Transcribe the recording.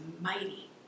mighty